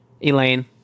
Elaine